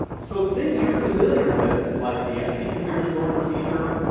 so things you're familiar with, like the sp configure stored procedure,